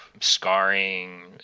scarring